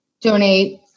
donate